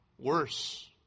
worse